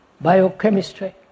biochemistry